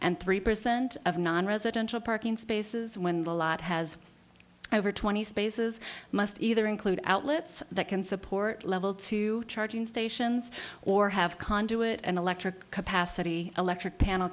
and three percent of nonresidential parking spaces when the lot has over twenty spaces must either include outlets that can support level two charging stations or have conduit and electric capacity electric panel